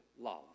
love